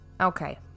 Okay